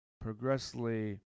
progressively